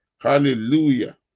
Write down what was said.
Hallelujah